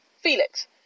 felix